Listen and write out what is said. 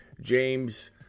James